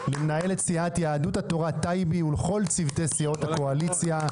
מנהלת סיעת יהדות התורה טייבי ולכל צוותי סיעות הקואליציה.